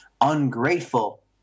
ungrateful